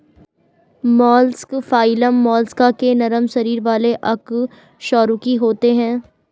mollusc phylum Mollusca के नरम शरीर वाले अकशेरुकी होते हैं